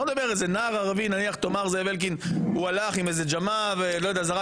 אני לא מדבר על נער ערבי שהלך עם איזו ג'מעה וזרק אבן.